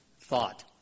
thought